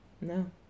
No